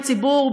הציבור,